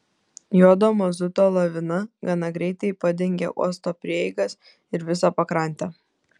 juodo mazuto lavina gana greitai padengė uosto prieigas ir visą pakrantę